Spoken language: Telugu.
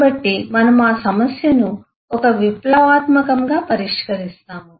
కాబట్టి మనము ఆ సమస్యను ఒక విప్లవాత్మకంగా పరిష్కరిస్తాము